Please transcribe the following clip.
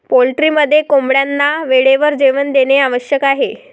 पोल्ट्रीमध्ये कोंबड्यांना वेळेवर जेवण देणे आवश्यक आहे